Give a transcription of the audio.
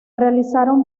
realizaron